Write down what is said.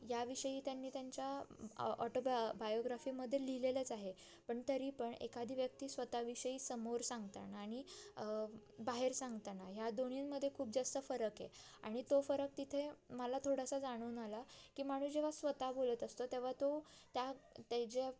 या विषयी त्यांनी त्यांच्या ऑटोबा बायोग्राफीमध्ये लिहिलेलंच आहे पण तरी पण एखादी व्यक्ती स्वतःविषयी समोर सांगताना आणि बाहेर सांगताना ह्या दोन्हींमध्ये खूप जास्त फरक आहे आणि तो फरक तिथे मला थोडासा जाणून आला की माणूस जेव्हा स्वतः बोलत असतो तेव्हा तो त्या त्या ज्या